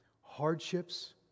Hardships